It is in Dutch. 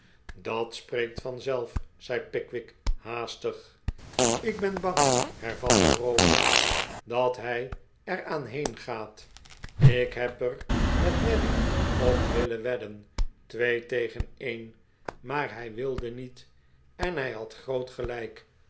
dat spreekt vanzelf zei pickwick haastig ik ben bang hervatte roker dat hij er aan heengaat ik heb er met neddy op willen wedden twee tegen een maar hij wilde niet en hij had groot gelijk